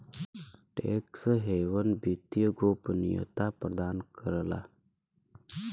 tax haven वित्तीय गोपनीयता प्रदान करला